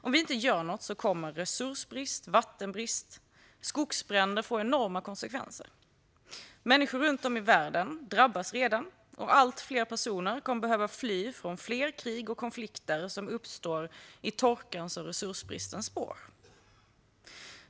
Om vi inte gör något kommer resursbrist, vattenbrist och skogsbränder att få enorma konsekvenser. Människor runt om i världen drabbas redan, och allt fler personer kommer att behöva fly från krig och konflikter som uppstår i torkans och resursbristens spår.